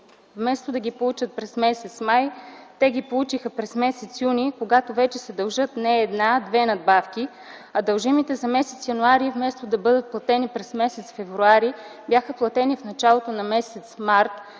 Вместо да ги получат през м. май, те ги получиха през м. юни, когато вече се дължат не една, а две надбавки, а дължимите за м. януари вместо да бъдат платени през м. февруари, бяха платени в началото на м. март.